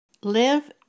Live